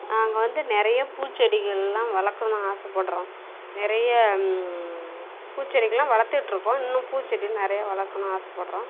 நாங்கள் வந்து நிறைய பூச்செடிகள்லாம் வளர்க்கணும்னு ஆசைப்படுறோம் நிறைய பூச்செடிகள்லாம் வளர்த்துட்டுருக்கோம் இன்னும் பூச்செடி நிறையா வளர்க்கணும்னு ஆசைப்படுறோம்